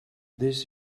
this